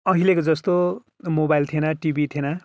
अहिलेको जस्तो मोबाइल थिएन टिभी थिएन